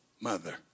mother